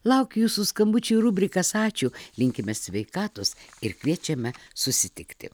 laukiu jūsų skambučio į rubrikas ačiū linkime sveikatos ir kviečiame susitikti